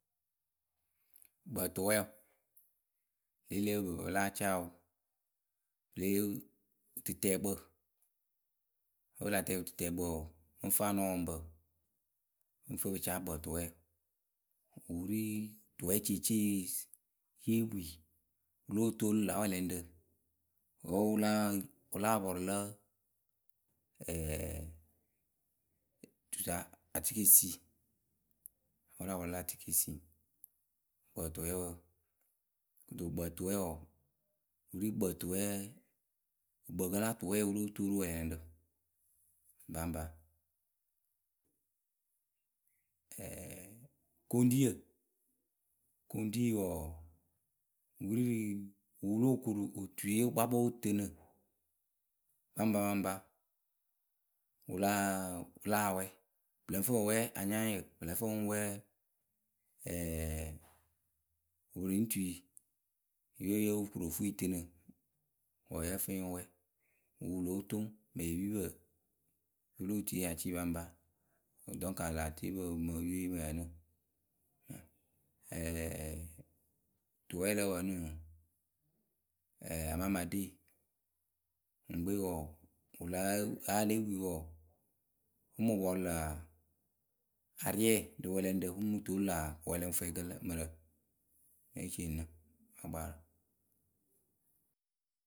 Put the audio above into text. Kpǝǝtʊweʊ lě elepǝ ŋpɨŋpɨ pɨ láa caa wǝ. Pǝ lée yee wǝtɨtɛɛkpǝ wǝ́ pɨ la tɛɛ wǝtɨtɛɛkpǝ wɔɔ, ŋ fɨ anɔpɔŋpǝ ŋ fɨ pɨ caa kpǝǝtʊwɛɛ. ŋ wǝ wǝ ri tʊwɛɛceecee yée wii wǝ lóo toolu lǎ wɛlɛŋrǝ wǝ́ wǝ láa pɔrʊ lǝ ɛɛ tusa atikesii. wǝ́ wǝ láa pɔrʊ lǝ atikesii, kpǝǝtʊwɛɛwǝ wǝǝ. Kɨto kpǝǝtʊwɛɛ wɔɔ, wǝ ri kpǝǝtʊwɛɛ ǝkpǝǝkǝ la tʊwɛɛ wǝ lóo toolu wɛlɛŋrǝ baŋpa. koŋɖiyǝ koŋɖiyǝ wɔɔ, wǝ ri rǝ wǝ wǝ lóo koru otuye wǝkpakpǝ wǝ tɨnɨ baŋpa baŋpa wǝ láa wɛ. Pǝ lɨŋ fɨ pɨ wɛ anyaŋyǝ. Pɨ lǝ́ǝ fɨ pɨ ŋ wɛ oporenitui ǝyǝwe yóo koru o fuu yǝ tɨnɨ wǝ wǝ́ yǝ́ǝ fɨ yǝ ŋ wɛ. ŋ wǝ wǝ lóo toŋ mɨŋ epipǝ mɨŋ pɨlo otui ya cɩɩ baŋpa. Donc alaatiepǝ mɨ ǝyǝwe Tʊwɛɛ lǝ wǝ ǝnɨ amamaɖi, ŋwǝ ŋkpe wɔɔ a lée wii wɔɔ, ŋ mɨ pɔrʊ lǝ̈ ariɛ rǝ wɛlɛŋrǝ ŋ mɨ toolu lä wɛlɛŋfwɛɛkǝ lǝ mǝrǝ. ŋ́ be ceeni nɨ ŋ́ na kpaa.